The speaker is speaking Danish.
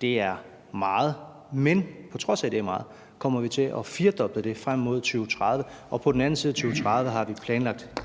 det er meget, men på trods af at det er meget, kommer vi til at firedoble det frem mod 2030, og på den anden side af 2030 har vi planlagt